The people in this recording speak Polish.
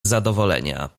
zadowolenia